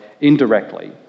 indirectly